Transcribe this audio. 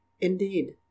Indeed